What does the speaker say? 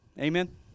Amen